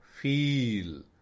feel